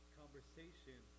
conversation